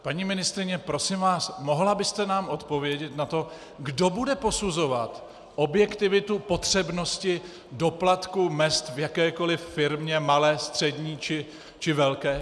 Paní ministryně, prosím vás, mohla byste nám odpovědět na to, kdo bude posuzovat objektivitu potřebnosti doplatku mezd v jakékoli firmě malé, střední či velké?